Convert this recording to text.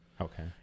okay